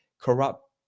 corrupt